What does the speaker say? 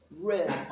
red